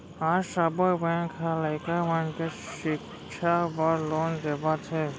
आज सब्बो बेंक ह लइका मन के सिक्छा बर लोन देवत हे